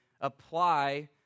apply